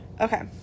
okay